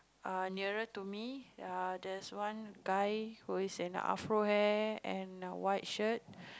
uh nearer to me ya there's one guy who is in a Afro hair and a white shirt